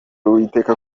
uwiteka